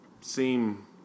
seem